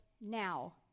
now